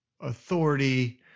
authority